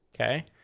Okay